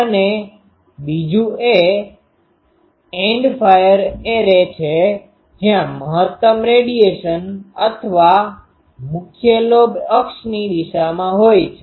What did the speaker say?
અને બીજું એ એન્ડ ફાયર એરે છે જ્યાં મહત્તમ રેડિયેશન અથવા મુખ્ય લોબ અક્ષની દિશામાં હોય છે